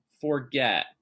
forget